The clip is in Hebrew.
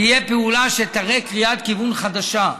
תהיה פעולה שתראה קריאת כיוון חדשה.